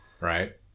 right